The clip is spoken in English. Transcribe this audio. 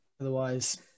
Otherwise